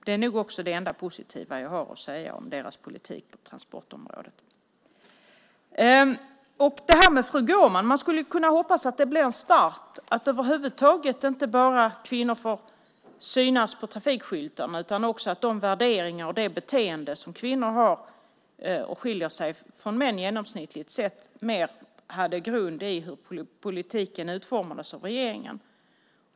Det är nog det enda positiva jag har att säga om deras politik på transportområdet. Man skulle kunna hoppas att detta med Fru Gårman blir en start, att kvinnor inte bara ska få synas på trafikskyltarna utan att också de värderingar och beteenden som kvinnor har, och som genomsnittligt skiljer sig från männens, mer avspeglade sig i hur politiken utformas av regeringen.